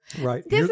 Right